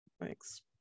Thanks